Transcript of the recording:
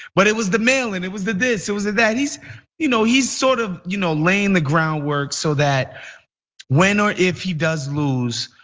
but it was the mail-in it was the this, it was the that. he's you know he's sort of you know laying the groundwork so that when or if he does lose,